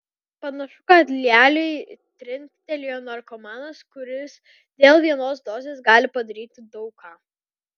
panašu kad lialiai trinktelėjo narkomanas kuris dėl vienos dozės gali padaryti daug ką